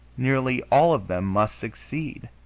nearly all of them must succeed,